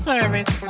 Service